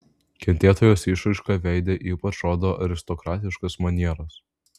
kentėtojos išraiška veide ypač rodo aristokratiškas manieras